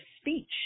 speech